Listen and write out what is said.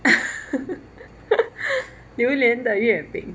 榴莲的月饼